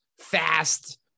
fast